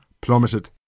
plummeted